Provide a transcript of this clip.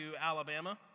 Alabama